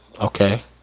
Okay